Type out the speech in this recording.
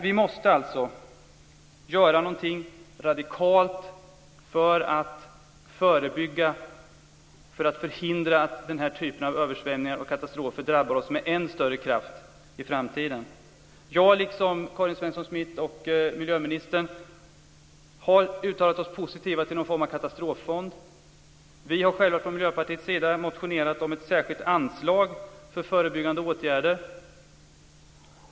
Vi måste göra någonting radikalt och förebygga så att vi förhindrar att den här typen av översvämningar och katastrofer drabbar oss med ännu större kraft i framtiden. Jag, liksom Karin Svensson Smith och miljöministern, har sagt oss vara positiva till någon form av katastroffond. Från Miljöpartiets sida har vi motionerat om ett särskilt anslag för förebyggande åtgärder.